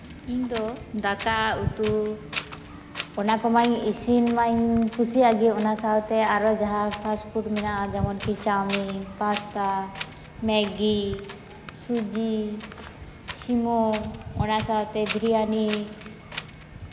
ᱤᱧ ᱫᱚ ᱫᱟᱠᱟ ᱩᱛᱩ ᱚᱱᱟ ᱠᱚᱢᱟᱧ ᱤᱥᱤᱱ ᱢᱟᱧ ᱠᱩᱥᱤᱭᱟᱜ ᱜᱮ ᱚᱱᱟ ᱥᱟᱶᱛᱮ ᱟᱨᱚ ᱡᱟᱦᱟᱸ ᱯᱷᱟᱥᱯᱷᱩᱰ ᱠᱚ ᱢᱮᱱᱟᱜᱼᱟ ᱡᱮᱢᱚᱱ ᱠᱤ ᱪᱟᱣᱢᱤᱱ ᱯᱟᱥᱛᱟ ᱢᱮᱜᱤ ᱥᱩᱡᱤ ᱥᱤᱢᱩ ᱚᱱᱟᱠᱚ ᱵᱤᱨᱭᱟᱱᱤ